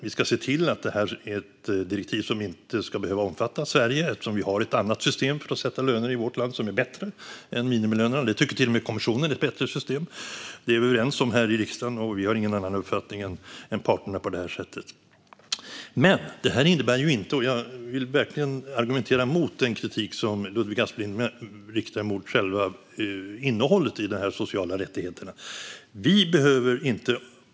Vi ska se till att detta är ett direktiv som inte ska behöva omfatta Sverige, eftersom vi har ett annat system för att sätta löner i vårt land som är bättre än minimilöner. Det tycker till och med kommissionen är ett bättre system. Det är vi överens om här i riksdagen, och vi har ingen annan uppfattning än parterna. Jag vill verkligen argumentera mot den kritik som Ludvig Aspling riktar mot själva innehållet i de sociala rättigheterna.